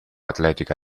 atletica